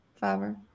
favor